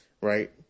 right